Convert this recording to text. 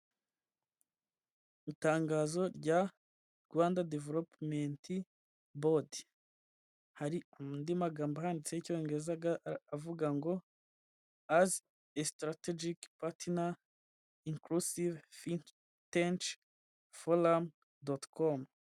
Itangazo rya Rwanda deveropumenti bodi. Hari andi magambo ahanditse icyongereza avuga ngo azi sitarategike patina inkurusive finkiteji foramu doti komu.